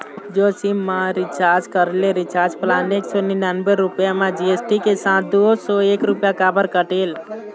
Jio SIM मा recharge करे ले रिचार्ज प्लान एक सौ निन्यानबे रुपए मा जी.एस.टी के साथ दो सौ एक रुपया काबर कटेल?